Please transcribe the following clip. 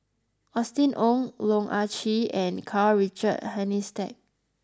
Austen Ong Loh Ah Chee and Karl Richard Hanitsch